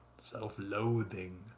self-loathing